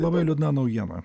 labai liūdna naujiena